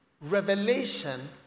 revelation